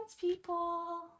people